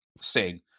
sing